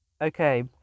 okay